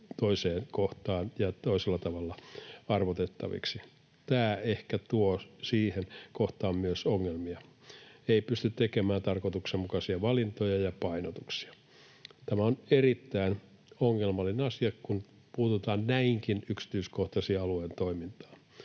toiseen kohtaan ja toisella tavalla arvotettaviksi. Tämä ehkä tuo siihen kohtaan myös ongelmia — ei pystytä tekemään tarkoituksenmukaisia valintoja ja painotuksia. Tämä on erittäin ongelmallinen asia, kun puututaan näinkin yksityiskohtaisesti alueiden toimintaan.